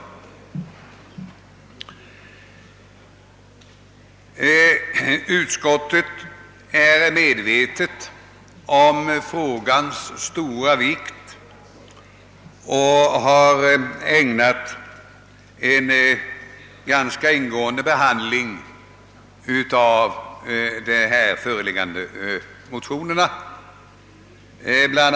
Utskottet är medvetet om frågans stora vikt och har ägnat de föreliggande motionerna en ingående behandling. Bl.